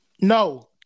no